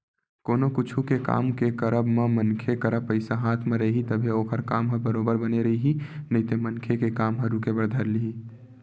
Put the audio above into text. कोनो कुछु के काम के करब म मनखे करा पइसा हाथ म रइही तभे ओखर काम ह बरोबर बने रइही नइते मनखे के काम ह रुके बर धर लिही